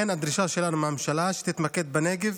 הדרישה שלנו מהממשלה היא שתתמקד בנגב